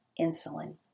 insulin